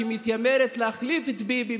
שמתיימרת להחליף את ביבי,